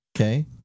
okay